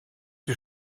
die